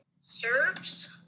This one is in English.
serves